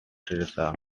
teresa